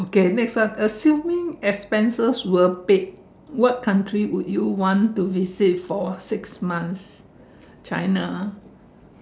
okay next one assuming expenses were paid what country would you want to visit for six months China ah